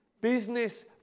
business